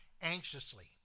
anxiously